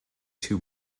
two